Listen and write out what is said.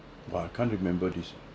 but I can't remember this